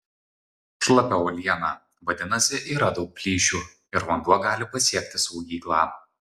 šlapia uoliena vadinasi yra daug plyšių ir vanduo gali pasiekti saugyklą